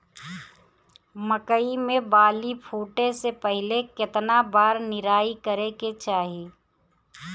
मकई मे बाली फूटे से पहिले केतना बार निराई करे के चाही?